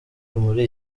muri